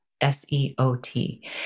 S-E-O-T